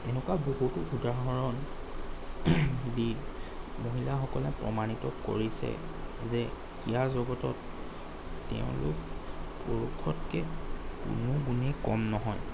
এনেকুৱা বহুতো উদাহৰণ দি মহিলাসকলে প্ৰমাণিত কৰিছে যে ক্ৰীড়া জগতত তেওঁলোক পুৰুষতকৈ কোনো গুণেই কম নহয়